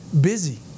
busy